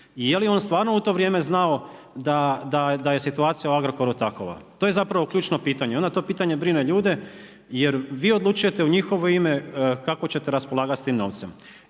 i je li on stvarno u to vrijeme znao da je situacija u Agrokoru takova? To je zapravo ključno pitanje i onda to pitanje brine ljude, jer vi odlučujete u njihovo ime kako ćete raspolagati s tim novce.